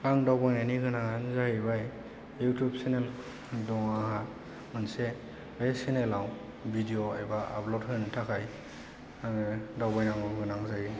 आं दावबायनायनि गोनाङानो जाहैबाय युटुब सेनेल दङ आंहा मोनसे बे सेनेलाव भिडिय' एबा आपलड होनो थाखाय आङो दावबायनांगौ गोनां जायो